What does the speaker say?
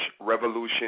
Revolution